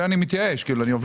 אני מתייאש, עובר